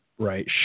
Right